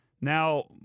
Now